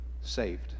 saved